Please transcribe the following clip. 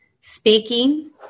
speaking